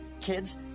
Kids